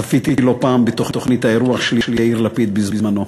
צפיתי לא פעם בתוכנית האירוח של יאיר לפיד, בזמנו.